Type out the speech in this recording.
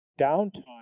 downtime